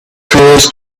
tourists